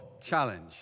challenge